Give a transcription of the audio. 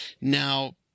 now